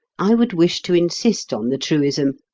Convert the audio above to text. i would wish to insist on the truism,